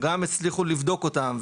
גם הצליחו לבדוק אותן,